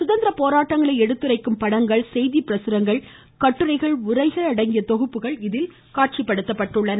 சுதந்திர போராட்டங்களை எடுத்துரைக்கும் படங்கள் செய்திப்பிரசுரங்கள் கட்டுரைகள் உரைகள் அடங்கிய தொகுப்புகள் இதில் காட்சிபடுத்தப்பட்டுள்ளன